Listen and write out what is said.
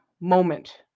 moment